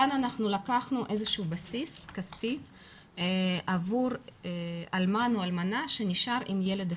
כאן לקחנו איזשהו בסיס כספי עבור אלמן או אלמנה שנשאר עם ילד אחד.